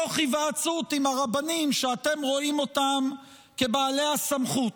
תוך היוועצות עם הרבנים שאתם רואים אותם כבעלי הסמכות,